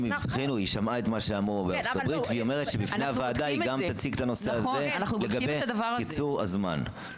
היא שמעה את מה שאמרת והיא תציג את הנושא בפני הוועדה לגבי קיצור הזמן.